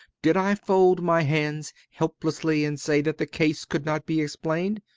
did i fold my hands helplessly and say that the case could not be explained?